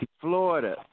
Florida